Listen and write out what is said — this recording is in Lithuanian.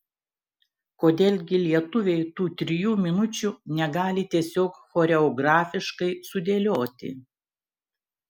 kodėl gi lietuviai tų trijų minučių negali tiesiog choreografiškai sudėlioti